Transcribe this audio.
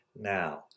Now